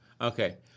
Okay